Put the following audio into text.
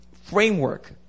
framework